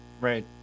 Right